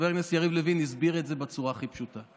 חבר הכנסת יריב לוין הסביר את זה בצורה הכי פשוטה.